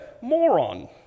moron